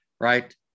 Right